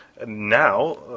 now